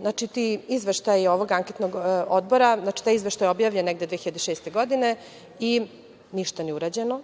Znači taj izveštaj anketnog odbora je objavljen negde 2006. godine i ništa nije urađeno,